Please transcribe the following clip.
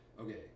okay